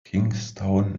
kingstown